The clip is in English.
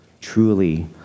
truly